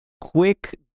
quick